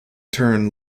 turn